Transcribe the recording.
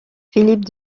philippe